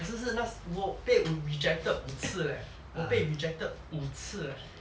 可是是那时我被 rejected 五次 eh 我被 rejected 五次 eh